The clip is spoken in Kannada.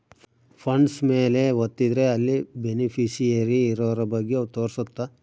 ಫಂಡ್ಸ್ ಮೇಲೆ ವತ್ತಿದ್ರೆ ಅಲ್ಲಿ ಬೆನಿಫಿಶಿಯರಿ ಇರೋರ ಬಗ್ಗೆ ತೋರ್ಸುತ್ತ